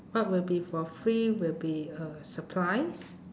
what would be for free will be uh supplies